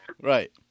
Right